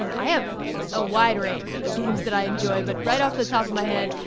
and i have a wide range of games that i enjoy, but right off the top of my head,